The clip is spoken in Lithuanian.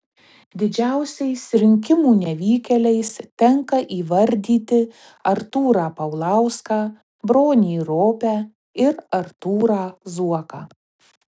didžiausiais rinkimų nevykėliais tenka įvardyti artūrą paulauską bronį ropę ir artūrą zuoką